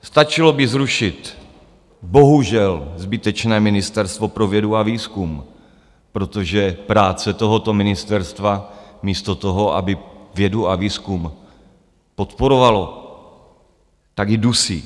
Stačilo by zrušit bohužel zbytečné Ministerstvo pro vědu a výzkum, protože práce tohoto ministerstva místo toho, aby vědu a výzkum podporovalo, tak ji dusí.